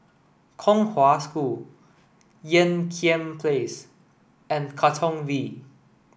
Kong Hwa School Ean Kiam Place and Katong V